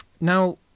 Now